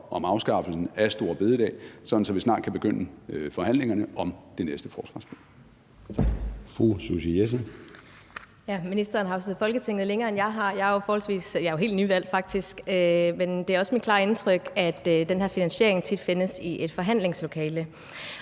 om afskaffelsen af store bededag, sådan at vi snart kan begynde forhandlingerne om det næste forsvarsforlig.